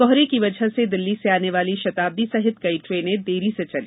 कोहरे की वजह से दिल्ली से आने वाली शताब्दी सहित कई टेने देर से चली